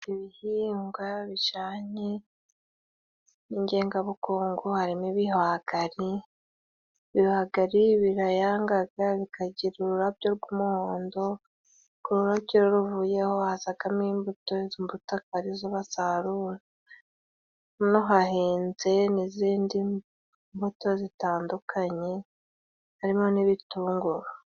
Ibihingwa bijanye n'ingengabukungu harimo ibihwagari. Ibihwagari birayangaga bikagira ururabyo rw'umuhondo, ururabyo iyo ruvuyeho hazagamo imbuto. Izo mbuto akaba ari zo basarura. Hano hahinze n'izindi mbuto zitandukanye harimo n'ibitunguru.